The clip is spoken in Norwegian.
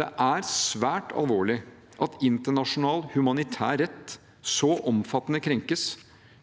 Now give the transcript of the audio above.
Det er svært alvorlig at internasjonal humanitær rett så omfattende krenkes,